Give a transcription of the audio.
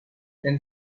then